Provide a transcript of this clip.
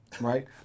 right